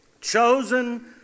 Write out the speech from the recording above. Chosen